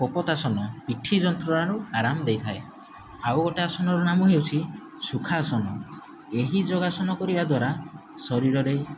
କୋପତାସନ ପିଠି ଯନ୍ତ୍ରଣାରୁ ଆରାମ୍ ଦେଇଥାଏ ଆଉ ଗୋଟେ ଆସନର ନାମ ହେଉଛି ସୁଖାସନ ଏହି ଯୋଗାସନ କରିବା ଦ୍ଵାରା ଶରୀରରେ